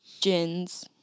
Gins